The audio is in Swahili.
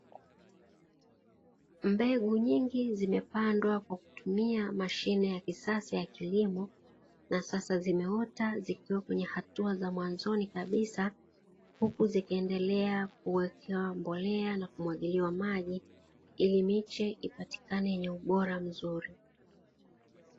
Mbegu nyingi zimepandwa kwa kutumia mashine ya kisasa ya kilimo na sasa zimeota zikiwa katika hatua za mwanzoni kabisa. Huku zikiendelea kuwekewa mbolea na kumwagiliwa maji ili miche ipatikane yenye ubora mzuri.